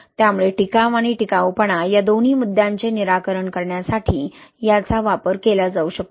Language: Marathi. त्यामुळे टिकाव आणि टिकाऊपणा या दोन्ही मुद्द्यांचे निराकरण करण्यासाठी याचा वापर केला जाऊ शकतो